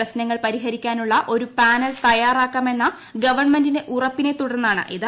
പ്രശ്നങ്ങൾ പരിഹരിക്കാനുള്ള ഒരു പാനൽ തയ്യാറാക്കാമെന്ന ഗവൺമെന്റിന്റെ ഉറപ്പിനെ തുടർന്നാണിത്